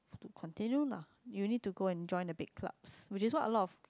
to continue lah you need to go and join the big clubs which is why a lot of